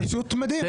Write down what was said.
זה פשוט מדהים,